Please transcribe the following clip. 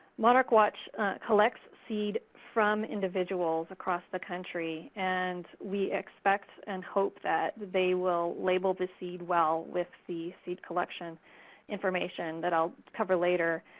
monarch watch collects seed from individuals across the country and we expect and hope that they will label the seed well, with the seed collection information that i'll cover later.